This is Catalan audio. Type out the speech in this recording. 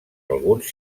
alguns